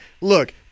Look